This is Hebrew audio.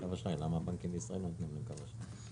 למה הבנקים בישראל לא נותנים להם קו אשראי?